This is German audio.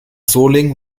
solingen